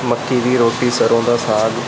ਮੱਕੀ ਦੀ ਰੋਟੀ ਸਰ੍ਹੋਂ ਦਾ ਸਾਗ